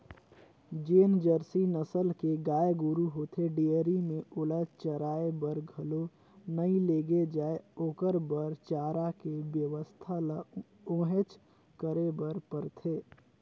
जेन जरसी नसल के गाय गोरु होथे डेयरी में ओला चराये बर घलो नइ लेगे जाय ओखर बर चारा के बेवस्था ल उहेंच करे बर परथे